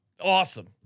Awesome